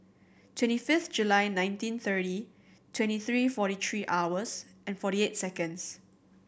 twenty fifth July nineteen thirty twenty three forty three hours and forty eight seconds